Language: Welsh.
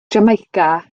jamaica